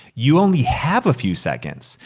you only have a few seconds.